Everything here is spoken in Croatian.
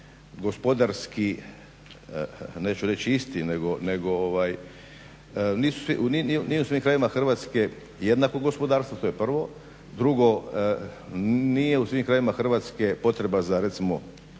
gospodarski neću reći isti nego nije u svim krajevima Hrvatske jednako gospodarstvo to je prvo. Drugo nije u svim krajevima Hrvatske potreba za recimo